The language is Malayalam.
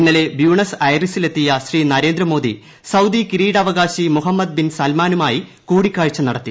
ഇന്നലെ ബ്യൂണസ് ഐറിസിൽ ശ്രീ നരേന്ദ്രമോദി സൌദി കിരീടാവകാശി മുഹമ്മദ് ബിൻ സൽമാനുമായി കൂടിക്കാഴ്ച നടത്തി